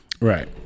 right